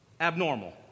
abnormal